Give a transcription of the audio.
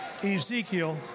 Ezekiel